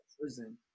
prison